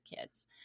kids